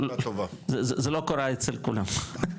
זה לא קרה אצל כולם,